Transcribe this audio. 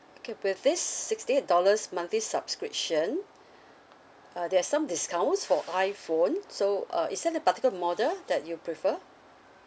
okay with this sixty eight dollars monthly subscription uh there are some discounts for iPhone so uh is there any particular model that you prefer